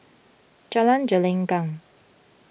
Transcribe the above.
Jalan Gelenggang